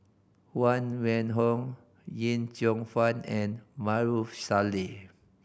Huang Wenhong Yip Cheong Fun and Maarof Salleh